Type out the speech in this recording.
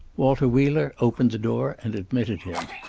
walter wheeler opened the door and admitted him.